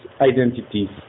identities